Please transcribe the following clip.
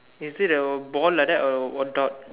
is it a ball like that or what dot